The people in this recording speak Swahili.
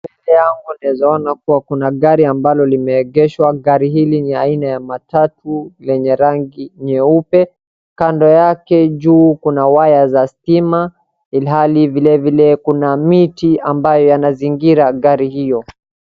Unaweza ona kuwa kuna gari ambalo limeegeshwa. Gari hili ni aina ya matatu lenye rangi nyeupe. Kando yake juu kuna waya za stima ilhali vilevile kuna miti ambayo yanazingira gari hiyo.